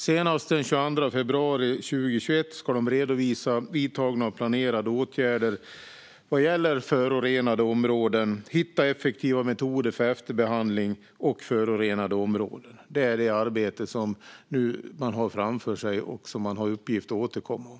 Senast den 22 februari 2021 ska man redovisa vidtagna och planerade åtgärder vad gäller förorenade områden och att hitta effektiva metoder för efterbehandling av förorenade områden. Det är det arbete som man nu har framför sig och som man har i uppgift att återkomma om.